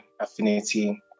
affinity